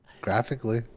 graphically